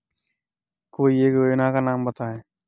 कोई एक योजना का नाम बताएँ?